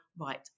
right